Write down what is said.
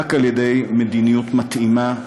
רק על-ידי מדיניות מתאימה,